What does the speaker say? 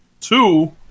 Two